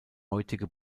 heutige